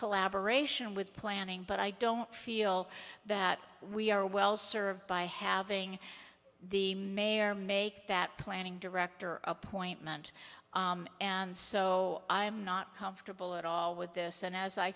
collaboration with planning but i don't feel that we are well served by having the mayor make that planning director appointment and so i am not comfortable at all with this and as i